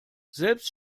selbst